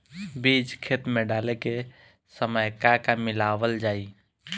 बीज खेत मे डाले के सामय का का मिलावल जाई?